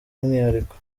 umwihariko